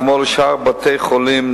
כמו לשאר בתי-החולים,